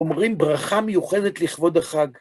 אומרים ברכה מיוחדת לכבוד החג.